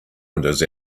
windows